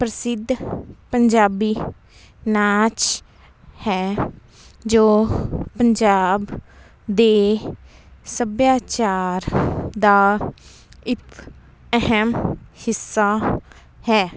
ਪ੍ਰਸਿੱਧ ਪੰਜਾਬੀ ਨਾਚ ਹੈ ਜੋ ਪੰਜਾਬ ਦੇ ਸੱਭਿਆਚਾਰ ਦਾ ਇਕ ਅਹਿਮ ਹਿੱਸਾ ਹੈ